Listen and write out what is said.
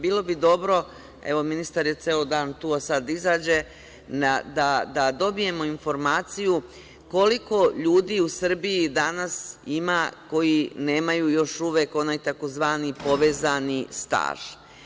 Bilo bi dobro, evo, ministar je ceo dan tu, a sada izađe, da dobijemo informaciju koliko ljudi u Srbiji danas ima koji nemaju još uvek onaj tzv. povezani staž.